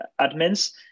admins